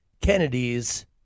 Kennedys